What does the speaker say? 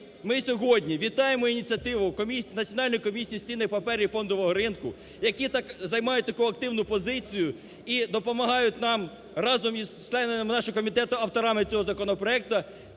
Ми сьогодні відаємо ініціативу комісії… Національної комісії з цінних паперів і фондового ринку, які займають таку активну позицію і допомагають нам разом із членами нашого комітету, авторами цього законопроекту,